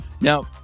Now